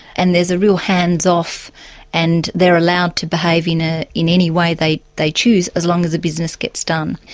and there's a real hands-off and they're allowed to behave in ah in any way they they choose, as long as the business gets done,